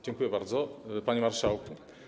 Dziękuję bardzo, panie marszałku.